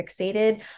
fixated